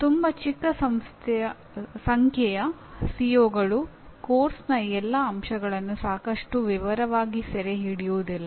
ತುಂಬಾ ಚಿಕ್ಕ ಸಂಖ್ಯೆಯ ಸಿಒಗಳು ಪಠ್ಯಕ್ರಮದ ಎಲ್ಲಾ ಅಂಶಗಳನ್ನು ಸಾಕಷ್ಟು ವಿವರವಾಗಿ ಸೆರೆಹಿಡಿಯುವುದಿಲ್ಲ